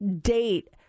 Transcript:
date